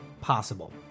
possible